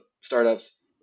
startups